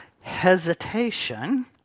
hesitation